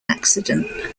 accident